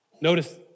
Notice